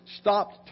stopped